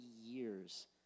years